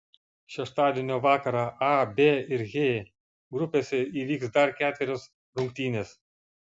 šeštadienio vakarą a b ir h grupėse įvyks dar ketverios rungtynės